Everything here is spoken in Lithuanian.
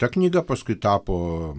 ta knyga paskui tapo